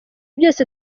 byose